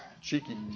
Cheeky